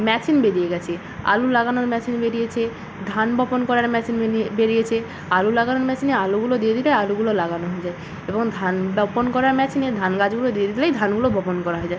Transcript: machine বেরিয়ে গেছে আলু লাগানোর মেশিন বেরিয়েছে ধান বপন করার মেশিন বেরিয়েছে আলু লাগানোর মেশিনে আলুগুলো দিয়ে দিলে আলুগুলো লাগানো হয়ে যায় এবং ধান বপন করার মেশিনে ধান গাছগুলো দিয়ে দিলেই ধানগুলো বপন করা হয়ে যায়